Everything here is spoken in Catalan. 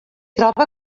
troba